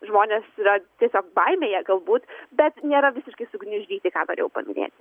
žmonės yra tiesiog baimėje galbūt bet nėra visiškai sugniuždyti ką norėjau paminėti